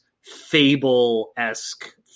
fable-esque